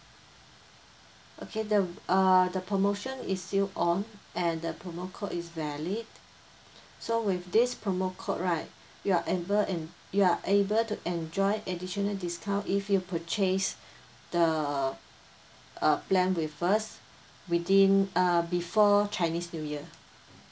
okay the err the promotion is still on and the promo code is valid so with this promo code right you're able en~ you are able to enjoy additional discount if you purchase the uh plan with us within uh before chinese new year